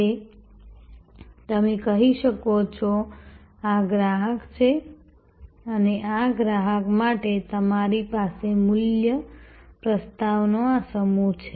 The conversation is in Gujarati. હવે તમે કહી શકો છો આ ગ્રાહક છે અને આ ગ્રાહક માટે મારી પાસે મૂલ્ય પ્રસ્તાવનો આ સમૂહ છે